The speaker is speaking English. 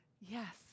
yes